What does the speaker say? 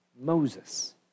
Moses